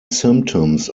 symptoms